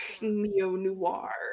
neo-noir